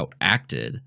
outacted